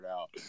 out